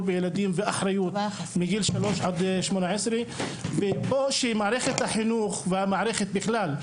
בילדים ואחריות מגיל שלוש עד 18. ופה שמערכת החינוך והמערכת בכלל,